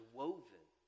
woven